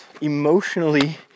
emotionally